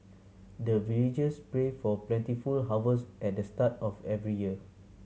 the villagers pray for plentiful harvest at the start of every year